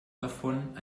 davon